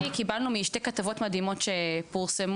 קיבלנו משתי כתבות מדהימות שפורסמו